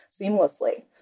seamlessly